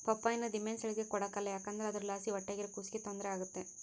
ಪಪ್ಪಾಯಿನ ದಿಮೆಂಸೇಳಿಗೆ ಕೊಡಕಲ್ಲ ಯಾಕಂದ್ರ ಅದುರ್ಲಾಸಿ ಹೊಟ್ಯಾಗಿರೋ ಕೂಸಿಗೆ ತೊಂದ್ರೆ ಆಗ್ತತೆ